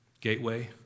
Gateway